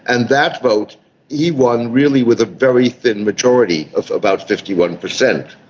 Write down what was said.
and that vote he won really with a very thin majority of about fifty one percent.